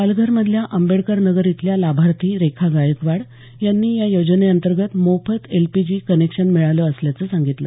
पालघर मधल्या आंबेडकर नगर इथल्या लाभार्थी रेखा गायकवाड यांनी या योजने अंतर्गत मोफत एलपीजी कनेक्शन मिळालं असल्याचं सांगितलं